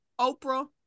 Oprah